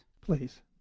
Please